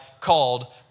called